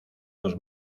los